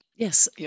Yes